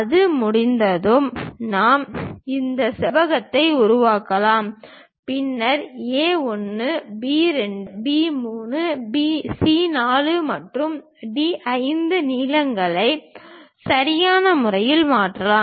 அது முடிந்ததும் நாம் இந்த செவ்வகத்தை உருவாக்கலாம் பின்னர் A 1 B 2 B 3 C 4 மற்றும் D 5 நீளங்களை சரியான முறையில் மாற்றலாம்